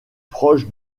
proche